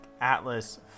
Atlas